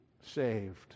saved